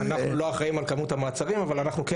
אנחנו לא אחראיים על כמות המעצרים אבל אנחנו כן